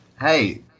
Hey